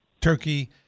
Turkey